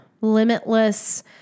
limitless